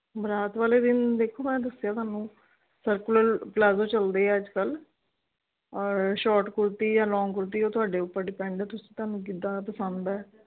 ਬਰਾਤ ਵਾਲੇ ਦਿਨ ਦੇਖੋ ਮੈਂ ਦੱਸਿਆ ਤੁਹਾਨੂੰ ਸਰਕੂਲਰ ਪਲਾਜ਼ੋ ਚੱਲਦੇ ਹੈ ਅੱਜ ਕੱਲ੍ਹ ਔਰ ਸ਼ੋਰਟ ਕੁੜਤੀ ਜਾਂ ਲੌਂਗ ਕੁੜਤੀ ਓ ਤੁਹਾਡੇ ਉੱਪਰ ਡਿਪੈਂਡ ਹੈ ਤੁਸੀਂ ਤੁਹਾਨੂੰ ਕਿੱਦਾਂ ਦਾ ਪਸੰਦ ਹੈ